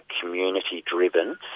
community-driven